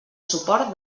suport